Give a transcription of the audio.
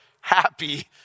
happy